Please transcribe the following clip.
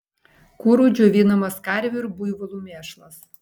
kurui džiovinamas karvių ir buivolų mėšlas